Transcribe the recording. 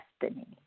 destiny